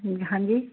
ਹਾਂਜੀ